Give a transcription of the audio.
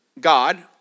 God